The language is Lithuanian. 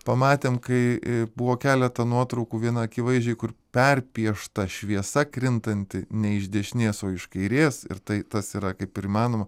pamatėm kai buvo keleta nuotraukų viena akivaizdžiai kur perpiešta šviesa krintanti ne iš dešinės o iš kairės ir tai tas yra kaip ir įmanoma